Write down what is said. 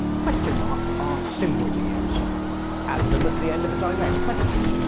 question marks are simple to use add them at the end of a direct question,